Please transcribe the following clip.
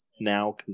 now